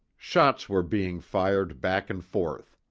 shots were being fired back and forth.